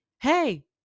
hey